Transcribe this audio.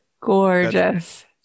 Gorgeous